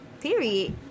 period